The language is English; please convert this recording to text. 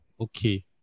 Okay